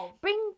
bring